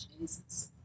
Jesus